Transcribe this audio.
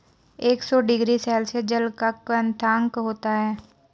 एक सौ degree Celsius जल का क्वथनांक होता है